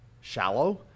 shallow